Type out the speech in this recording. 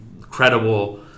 credible